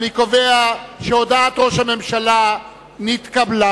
אני קובע שהודעת ראש הממשלה נתקבלה.